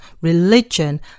religion